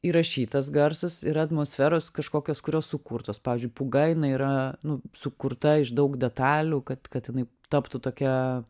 įrašytas garsas yra atmosferos kažkokios kurios sukurtos pavyzdžiui pūga jinai yra nu sukurta iš daug detalių kad kad jinai taptų tokia